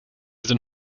sind